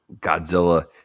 Godzilla